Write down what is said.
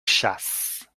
chasses